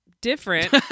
different